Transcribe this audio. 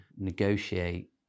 negotiate